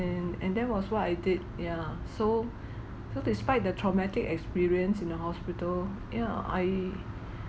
and and that was what I did ya so so despite the traumatic experience in the hospital yeah I